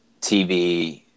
TV